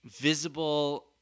visible